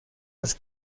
las